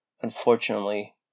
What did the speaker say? Unfortunately